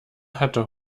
hatte